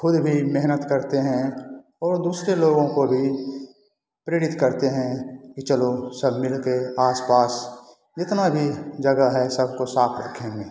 कोई भी मेहनत करते हैं और दूसरे लोगों को भी प्रेरित करते हैं कि चलो सब मिल के आस पास जितना भी जगह है सबको साफ रखेंगे